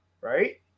right